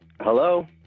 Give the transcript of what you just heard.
Hello